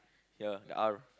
ya the R